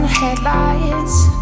headlights